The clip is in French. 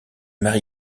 mary